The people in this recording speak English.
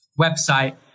website